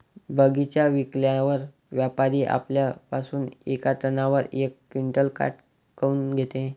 बगीचा विकल्यावर व्यापारी आपल्या पासुन येका टनावर यक क्विंटल काट काऊन घेते?